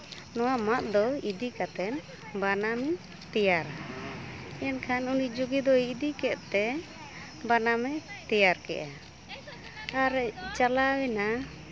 ᱱᱚᱣᱟ ᱢᱟᱫᱽ ᱫᱟᱨᱮ ᱤᱫᱤ ᱠᱟᱛᱮ ᱵᱟᱱᱟᱢᱤᱧ ᱛᱮᱭᱟᱨᱟ ᱮᱱᱠᱷᱟᱱ ᱩᱱᱤ ᱡᱩᱜᱤ ᱫᱚᱭ ᱤᱫᱤ ᱠᱮᱫ ᱛᱮ ᱵᱟᱱᱟᱢᱮ ᱛᱮᱭᱟᱨ ᱠᱮᱜᱼᱟ ᱟᱨᱮᱭ ᱪᱟᱞᱟᱣᱮᱱᱟ